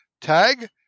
tag